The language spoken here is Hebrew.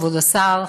כבוד השר,